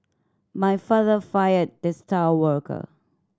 my father fired the star worker